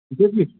ਠੀਕ ਹੈ ਜੀ